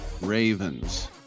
Ravens